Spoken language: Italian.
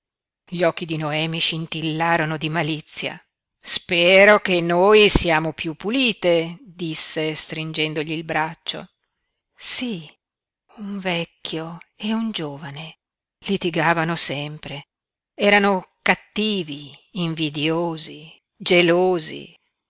gli occhi di noemi scintillarono di malizia spero che noi siamo piú pulite disse stringendogli il braccio sí un vecchio e un giovane litigavano sempre erano cattivi invidiosi gelosi